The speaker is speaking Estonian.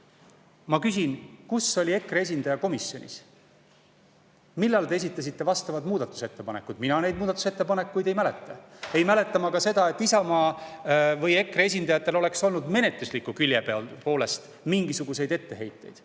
Ma küsin, kus oli EKRE esindaja komisjonis. Millal te esitasite oma muudatusettepanekud? Mina neid muudatusettepanekuid ei mäleta. Ei mäleta ma ka seda, et Isamaa või EKRE esindajatel oleks olnud menetlusliku külje kohta mingisuguseid etteheiteid.